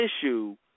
issue